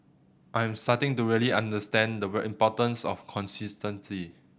I am starting to really understand the importance of consistency